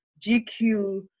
GQ